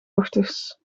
ochtends